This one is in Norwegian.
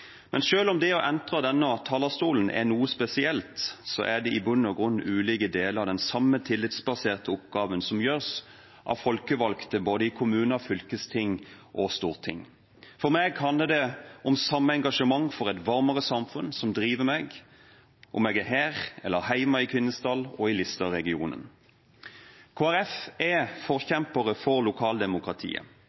Men selv om det å entre denne talerstolen er noe spesielt, er det i bunn og grunn ulike deler av den samme tillitsbaserte oppgaven som gjøres av folkevalgte i både kommuner, fylkesting og storting. For meg handler det om at det er det samme engasjement for et varmere samfunn som driver meg, om jeg er her eller hjemme i Kvinesdal, i Listerregionen. Kristelig Folkeparti er forkjempere for lokaldemokratiet.